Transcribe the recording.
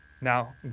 Now